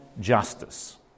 justice